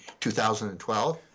2012